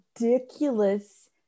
ridiculous